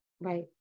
Right